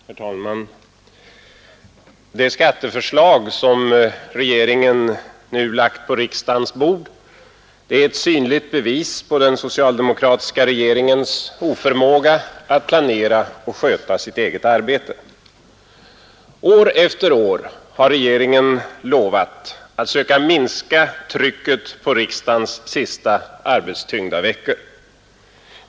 Herr talman! Det skatteförslag som regeringen nu lagt på riksdagens bord är ett synligt bevis på den socialdemokratiska regeringens oförmåga att planera och sköta sitt eget arbete. År efter år har regeringen lovat att söka minska trycket på riksdagens sista arbetstyngda veckor.